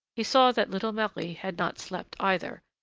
he saw that little marie had not slept, either,